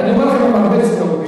עם הרבה צביעות.